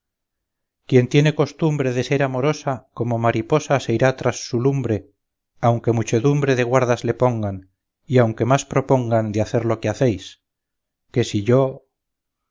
quien tiene costumbre de ser amorosa como mariposa se irá tras su lumbre aunque muchedumbre de guardas le pongan y aunque más propongan de hacer lo que hacéis que si yo